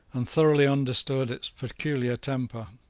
and thoroughly understood its peculiar temper.